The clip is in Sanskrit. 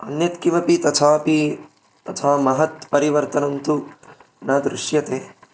अन्यत् किमपि तथापि तथा महत् परिवर्तनं तु न दृश्यते